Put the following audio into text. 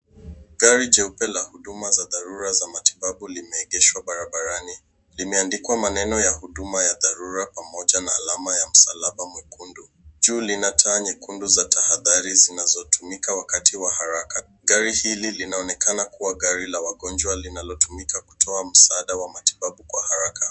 Gari jeupe la huduma za dharura za matibabu limeegeshwa barabarani. Limeandikwa maneno ya huduma ya dharura pamoja na alama ya msalaba mwekundu. Juna lina taa nyekundu za tahadhari zinazotumika wakati wa haraka. Gari hili linaonekana kuwa gari la wagonjwa linalotumika kutoa msaada wa matibabu kwa haraka.